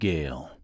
Gale